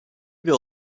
bir